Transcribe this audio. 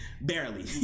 Barely